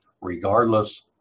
regardless